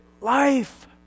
life